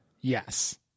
Yes